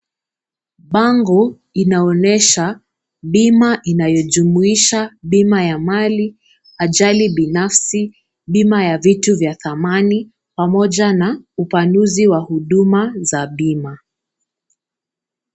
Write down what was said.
Bango inaonyesha bima inayojumuisha bima ya mali, ajali binafsi, bima ya vitu thamani pamoja na upanuzi wa huduma za bima.